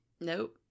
Nope